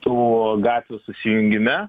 tų gatvių susijungime